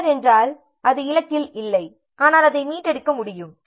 amber என்றால் அது இலக்கில் இல்லை ஆனால் அதை மீட்டெடுக்க முடியும்